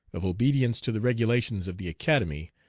of obedience to the regulations of the academy,